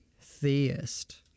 theist